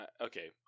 okay